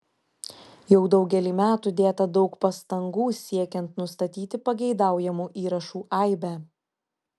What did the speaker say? jau daugelį metų dėta daug pastangų siekiant nustatyti pageidaujamų įrašų aibę